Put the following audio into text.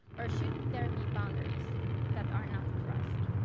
or should there be boundaries that are not crossed?